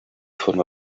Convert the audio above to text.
forma